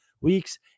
weeks